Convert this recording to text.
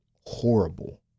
horrible